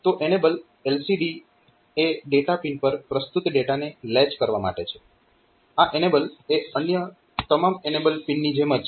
તો enable LCD એ data pin પર પ્રસ્તુત ડેટાને લેચ કરવા માટે છે આ એનેબલ એ અન્ય તમામ એનેબલ પિનની જેમ જ છે